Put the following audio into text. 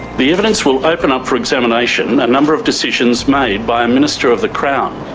the evidence will open up for examination a number of decisions made by a minister of the crown.